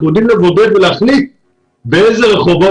אנחנו יודעים לבודד ולהחליט באיזה רחובות